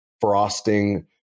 frosting